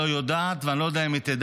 לא יודעת ואני לא יודע אם תדע,